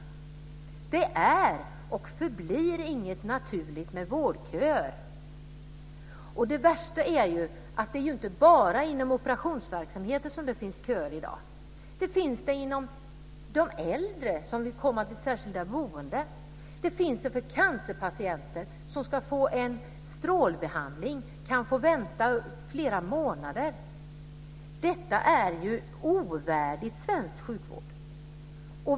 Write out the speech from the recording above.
Vårdköer är och förblir inget naturligt. Det värsta är ju att det inte bara är inom operationsverksamheten som det finns köer i dag. Det finns köer för de äldre som vill komma till särskilda boenden. Det finns köer för cancerpatienter som ska få en strålbehandling. De kan få vänta flera månader. Detta är ju ovärdigt svensk sjukvård.